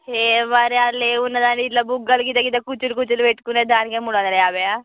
ఎవ్వరే అందులో ఏమున్నదని ఇట్లా బుగ్గలు ఇట్ల ఇట్ల కుచ్చులు కుచ్చులు పెట్టుకునేదానికే మూడొందల యాభయ్యా